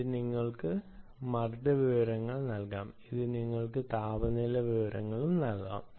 ഇത് നിങ്ങൾക്ക് മർദ്ധ വിവരങ്ങളും നൽകാം ഇത് നിങ്ങൾക്ക് താപനില വിവരങ്ങളും നൽകാം